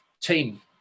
Team